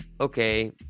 okay